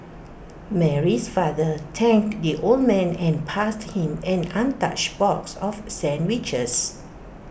Mary's father thanked the old man and passed him an untouched box of sandwiches